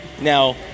Now